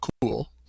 cool